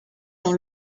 dans